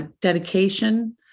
dedication